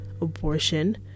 Abortion